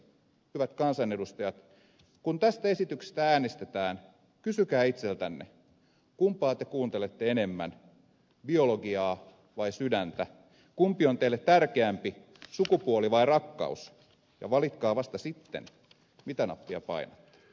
hyvät kansanedustajat kun tästä esityksestä äänestetään kysykää itseltänne kumpaa te kuuntelette enemmän biologiaa vai sydäntä ja kumpi on teille tärkeämpi sukupuoli vai rakkaus ja valitkaa vasta sitten mitä nappia painatte